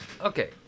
Okay